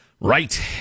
Right